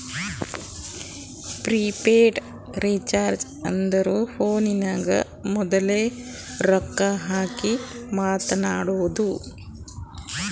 prepaid recharge ಅಂದುರ್ ಫೋನಿಗ ಮೋದುಲೆ ರೊಕ್ಕಾ ಹಾಕಿ ಮಾತಾಡೋದು